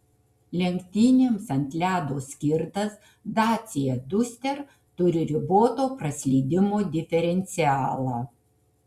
lenktynėms ant ledo skirtas dacia duster turi riboto praslydimo diferencialą